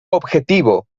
objetivo